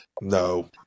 No